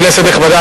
כנסת נכבדה,